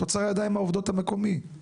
בתוצר הידיים העובדות המקומי,